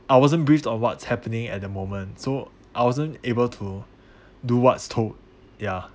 I wasn't briefed on what's happening at the moment so I wasn't able to do what's told ya